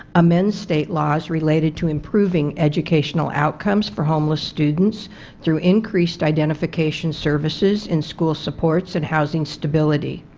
amend state laws related to improving educational outcomes for homeless students through increased identification services, in school supports, and housing stability.